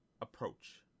approach